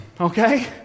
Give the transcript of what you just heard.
okay